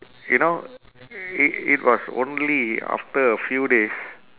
you know i~ it was only after a few days